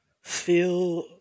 feel